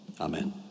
Amen